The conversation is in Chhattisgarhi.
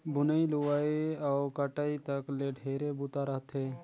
बुनई, लुवई अउ कटई तक ले ढेरे बूता रहथे